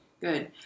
good